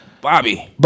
Bobby